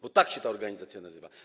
Bo tak się ta organizacja nazywa.